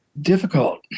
Difficult